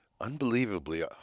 unbelievably